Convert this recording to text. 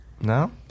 No